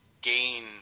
gain